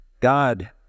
God